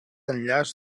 enllaç